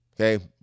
okay